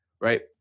right